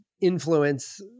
influence